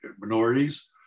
minorities